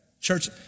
Church